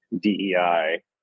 DEI